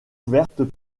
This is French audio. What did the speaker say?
couvertes